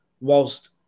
whilst